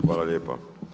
Hvala lijepa.